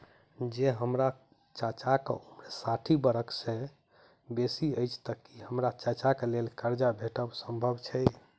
जँ हम्मर चाचाक उम्र साठि बरख सँ बेसी अछि तऽ की हम्मर चाचाक लेल करजा भेटब संभव छै?